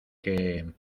que